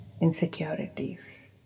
insecurities